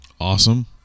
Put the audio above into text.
Awesome